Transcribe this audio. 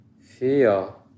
feel